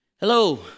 Hello